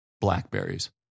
blackberries